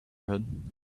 neighborhood